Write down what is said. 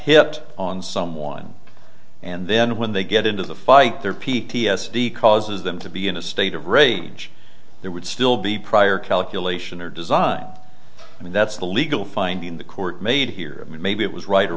hit on someone and then when they get into the fight there p t s d causes them to be in a state of rage there would still be prior calculation or design i mean that's the legal finding the court made here maybe it was right or